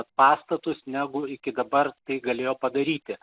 pastatus negu iki dabar tai galėjo padaryti